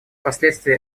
последствия